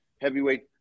heavyweight